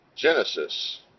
Genesis